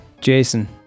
Jason